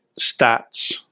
stats